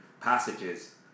passages